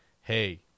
hey